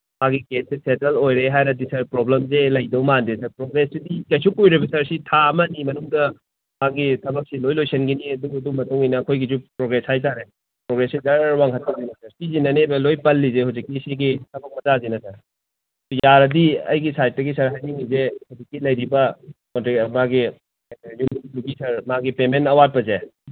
ꯃꯥꯒꯤ ꯀꯦꯁꯁꯦ ꯁꯦꯇꯜ ꯑꯣꯏꯔꯦ ꯍꯥꯏꯔꯗꯤ ꯁꯥꯔ ꯄ꯭ꯔꯣꯕ꯭ꯂꯦꯝꯁꯦ ꯂꯩꯗꯧ ꯃꯥꯟꯗꯦ ꯄ꯭ꯔꯣꯒ꯭ꯔꯦꯁꯁꯤꯗꯤ ꯀꯩꯁꯨ ꯀꯨꯏꯔꯣꯏꯕ ꯁꯥꯔ ꯁꯤ ꯊꯥ ꯑꯃ ꯑꯅꯤ ꯃꯅꯨꯡꯗ ꯃꯥꯒꯤ ꯊꯕꯛꯁꯤ ꯂꯣꯏ ꯂꯣꯏꯁꯤꯟꯈꯤꯅꯤ ꯑꯗꯨꯒ ꯑꯗꯨꯒꯤ ꯃꯇꯨꯡꯏꯟꯅ ꯑꯩꯈꯣꯏꯒꯤꯁꯨ ꯄ꯭ꯔꯣꯒ꯭ꯔꯦꯁ ꯍꯥꯏ ꯇꯥꯔꯦ ꯄ꯭ꯔꯣꯒ꯭ꯔꯦꯁꯁꯦ ꯖꯔ ꯋꯥꯡꯈꯠꯀꯗꯣꯏꯅꯦ ꯁꯥꯔ ꯁꯤꯁꯤꯅꯅꯦꯕ ꯂꯣꯏ ꯄꯜꯂꯤꯁꯦ ꯍꯧꯖꯤꯛꯀꯤ ꯁꯤꯒꯤ ꯊꯕꯛ ꯃꯆꯥꯁꯤꯅ ꯁꯥꯔ ꯌꯥꯔꯗꯤ ꯑꯩꯒꯤ ꯁꯥꯏꯠꯇꯒꯤ ꯁꯥꯔ ꯍꯥꯏꯅꯤꯡꯉꯤꯁꯦ ꯍꯧꯖꯤꯛꯀꯤ ꯂꯩꯔꯤꯕ ꯃꯥꯒꯤ ꯌꯨꯝꯕꯨꯗꯨꯒꯤ ꯁꯥꯔ ꯄꯦꯃꯦꯟ ꯑꯋꯥꯠꯄꯁꯦ